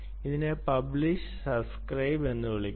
ഇതിനെ publish subscribe എന്ന് വിളിക്കുന്നു